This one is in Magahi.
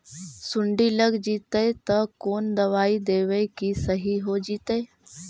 सुंडी लग जितै त कोन दबाइ देबै कि सही हो जितै?